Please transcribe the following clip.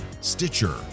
Stitcher